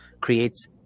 creates